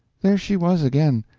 there she was again,